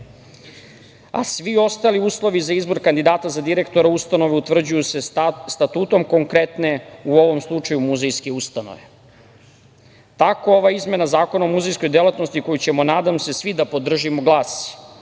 ostali uslovi za izbor kandidata za direktora ustanove utvrđuje se statutom konkretne, u ovom slučaju, muzejske ustanove. Ova izmena Zakona o muzejskoj delatnosti koju ćemo, nadam se, svi podržati glasi